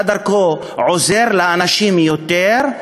אתה יותר עוזר לאנשים דרכו,